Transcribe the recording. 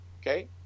Okay